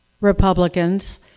Republicans